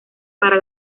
para